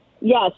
Yes